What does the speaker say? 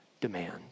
demand